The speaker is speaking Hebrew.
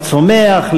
לצומח,